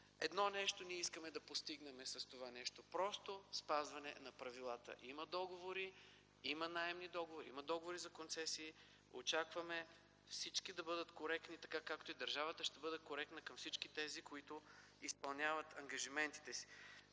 Едно нещо ние искаме да постигнем с тези мерки – просто спазване на правилата, защото има договори, има наемни договори, има договори за концесии. Очакваме всички да бъдат коректни, така както и държавата ще бъде коректна към всички тези, които изпълняват ангажиментите си.